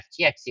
FTX